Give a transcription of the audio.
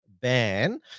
ban